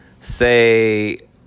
say